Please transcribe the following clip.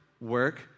work